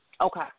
Okay